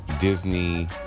Disney